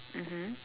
mmhmm